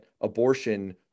abortion